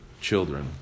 children